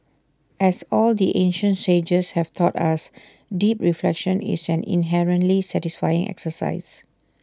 as all the ancient sages have taught us deep reflection is an inherently satisfying exercise